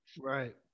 right